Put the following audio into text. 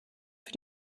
für